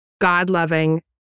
God-loving